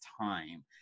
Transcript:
time